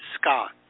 Scott